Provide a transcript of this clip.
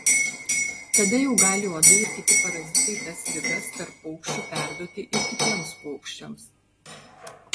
tada jau gali uodai ir kiti parazitai tas ligas tarp paukščių perduoti ir kitiems paukščiams